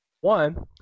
One